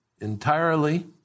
entirely